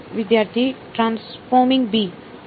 વિદ્યાર્થી transforming b